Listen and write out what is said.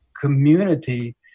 community